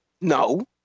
No